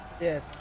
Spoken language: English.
yes